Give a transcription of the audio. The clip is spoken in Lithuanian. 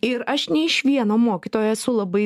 ir aš ne iš vieno mokytojo esu labai